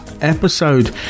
episode